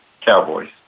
Cowboys